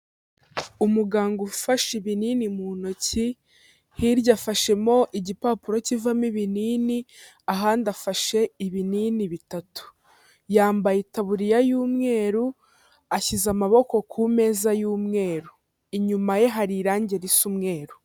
Umuganga ufashe ibinini mu ntoki, hirya afashemo igipapuro kivamo ibinini, ahandi afashe ibinini bitatu. Yambaye itaburiya y'umweru, ashyize amaboko ku meza y'umweru. Inyuma ye hari irangi risa umweru.